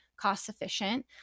cost-efficient